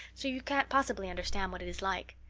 so you can't possibly understand what it is like.